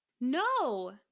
No